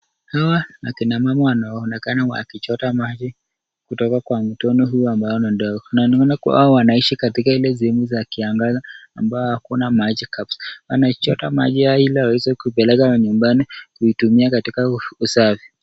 Hawa ni kina mama wanaonekana wakichota maji kutoka kwa mtoni hii ambayo ni ndogo na naona kuwa hao wanaishi katika ile sehemu za kiangazi ambayo hakuna maji kabisa. Wanachota maji haya ili waweze kupeleka nyumbani kuitumia katika usafi.